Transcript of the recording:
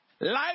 life